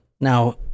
Now